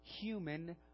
human